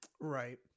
right